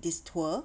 this tour